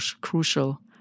crucial